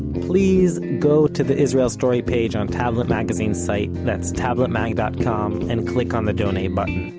please go to the israel story page on tablet magazine's site that's tabletmag dot com and click on the donate button.